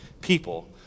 people